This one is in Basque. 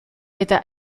eta